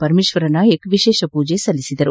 ಪರಮೇಶ್ವರ ನಾಯಕ್ ವಿಶೇಷ ಪೂಜೆ ಸಲ್ಲಿಸಿದರು